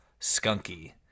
skunky